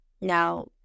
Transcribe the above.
Now